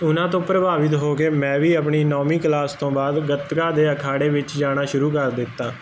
ਉਹਨਾਂ ਤੋਂ ਪ੍ਰਭਾਵਿਤ ਹੋ ਕੇ ਮੈਂ ਵੀ ਆਪਣੀ ਨੌਵੀਂ ਕਲਾਸ ਤੋਂ ਬਾਅਦ ਗਤਕਾ ਦੇ ਅਖਾੜੇ ਵਿੱਚ ਜਾਣਾ ਸ਼ੁਰੂ ਕਰ ਦਿੱਤਾ